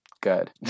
good